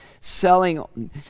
selling